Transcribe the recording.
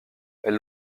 elle